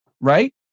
right